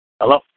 Hello